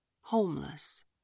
homeless